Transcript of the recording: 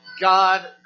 God